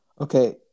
Okay